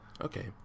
Okay